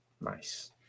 Nice